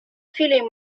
feeling